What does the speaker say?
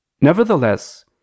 Nevertheless